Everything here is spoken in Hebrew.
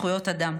זכויות אדם.